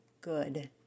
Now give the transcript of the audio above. good